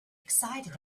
excited